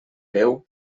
veu